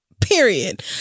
Period